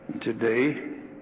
Today